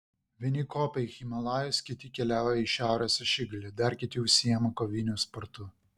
vieni kopia į himalajus kiti keliauja į šiaurės ašigalį dar kiti užsiima koviniu sportu